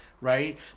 right